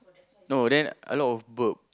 no then a lot of burp